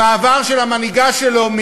עם מעבר של המנהיגה שלו,